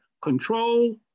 control